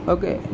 Okay